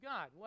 God